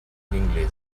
l’inglese